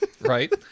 right